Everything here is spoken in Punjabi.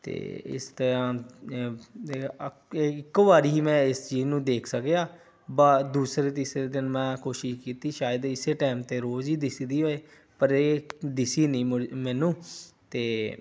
ਅਤੇ ਇਸ ਤਰ੍ਹਾਂ ਦੇ ਅਕ ਇੱਕ ਵਾਰ ਹੀ ਮੈਂ ਇਸ ਚੀਜ਼ ਨੂੰ ਦੇਖ ਸਕਿਆ ਬਾ ਦੂਸਰੇ ਤੀਸਰੇ ਦਿਨ ਮੈਂ ਕੋਸ਼ਿਸ਼ ਕੀਤੀ ਸ਼ਾਇਦ ਇਸੇ ਟਾਈਮ 'ਤੇ ਰੋਜ਼ ਹੀ ਦਿਸਦੀ ਹੋਏ ਪਰ ਇਹ ਦਿਸੀ ਨਹੀਂ ਮੁਜ ਮੈਨੂੰ ਅਤੇ